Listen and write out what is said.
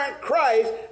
Christ